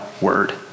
word